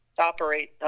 operate